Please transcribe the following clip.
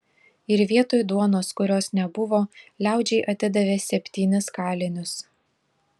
ir vietoj duonos kurios nebuvo liaudžiai atidavė septynis kalinius